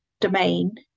domain